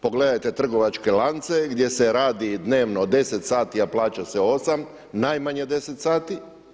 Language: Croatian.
Pogledajte trgovačke lance gdje se radi dnevno 10 sati, a plaća se 8, najmanje 10 sati.